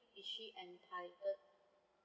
is she entitled